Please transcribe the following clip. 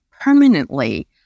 permanently